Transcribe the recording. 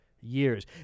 years